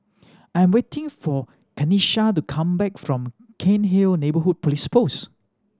I'm waiting for Kenisha to come back from Cairnhill Neighbourhood Police Post